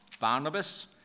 barnabas